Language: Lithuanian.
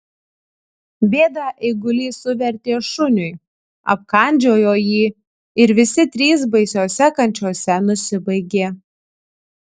bėdą eigulys suvertė šuniui apkandžiojo jį ir visi trys baisiose kančiose nusibaigė